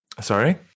Sorry